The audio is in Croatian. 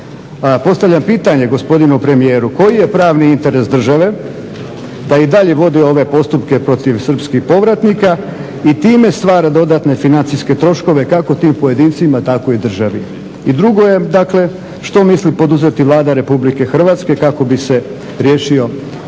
Postavljam pitanje gospodinu premijeru koji je pravni interes države da i dalje vodi ove postupke protiv srpskih povratnika i time stvara dodatne financijske troškove kako tim pojedincima tako i državi? I drugo je dakle, što misli poduzeti Vlada Republike Hrvatske kako bi se riješio